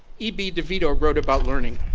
e b. de vito wrote about learning.